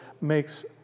makes